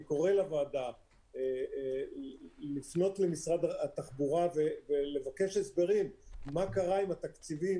אני קורא לוועדה לפנות למשרד התחבורה ולבקש הסברים מה קרה עם התקציבים